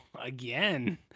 Again